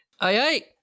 Aye